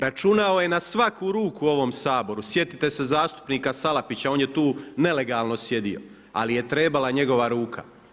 Računao je na svaku ruku u ovom Saboru, sjetite se zastupnika Salapića, on je tu nelegalno sjedio, ali je trebala njegova ruka.